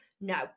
No